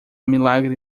milagre